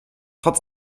trotz